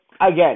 again